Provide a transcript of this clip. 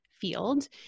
field